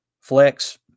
flex